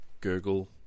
Google